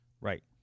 Right